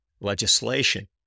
legislation